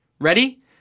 Ready